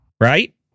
right